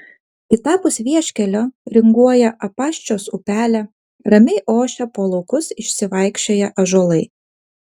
kitapus vieškelio ringuoja apaščios upelė ramiai ošia po laukus išsivaikščioję ąžuolai